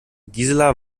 gisela